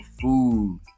food